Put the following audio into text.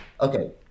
okay